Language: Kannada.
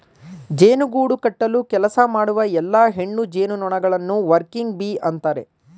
ಜೇನು ಗೂಡು ಕಟ್ಟಲು ಕೆಲಸ ಮಾಡುವ ಎಲ್ಲಾ ಹೆಣ್ಣು ಜೇನುನೊಣಗಳನ್ನು ವರ್ಕಿಂಗ್ ಬೀ ಅಂತರೆ